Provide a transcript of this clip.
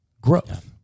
growth